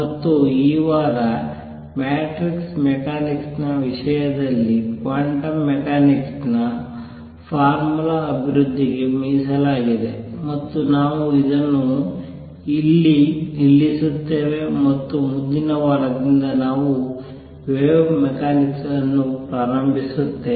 ಮತ್ತು ಈ ವಾರ ಮ್ಯಾಟ್ರಿಕ್ಸ್ ಮೆಕ್ಯಾನಿಕ್ಸ್ ನ ವಿಷಯದಲ್ಲಿ ಕ್ವಾಂಟಮ್ ಮೆಕ್ಯಾನಿಕ್ಸ್ ನ ಫಾರ್ಮಲ್ ಅಭಿವೃದ್ಧಿಗೆ ಮೀಸಲಾಗಿದೆ ಮತ್ತು ನಾವು ಇದನ್ನು ಇಲ್ಲಿ ನಿಲ್ಲಿಸುತ್ತೇವೆ ಮತ್ತು ಮುಂದಿನ ವಾರದಿಂದ ನಾವು ವೇವ್ ಮೆಕ್ಯಾನಿಕ್ಸ್ ಅನ್ನು ಪ್ರಾರಂಭಿಸುತ್ತೇವೆ